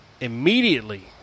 immediately